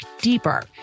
deeper